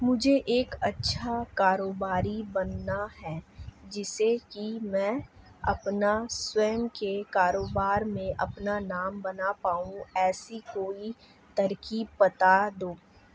मुझे एक अच्छा कारोबारी बनना है जिससे कि मैं अपना स्वयं के कारोबार में अपना नाम बना पाऊं ऐसी कोई तरकीब पता दो?